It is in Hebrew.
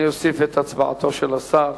אני אוסיף את הצבעתו של השר,